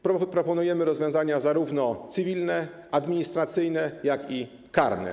Proponujemy rozwiązania zarówno cywilne, administracyjne, jak i karne.